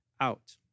out